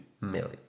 million